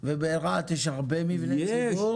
יש הרבה מבני ציבור.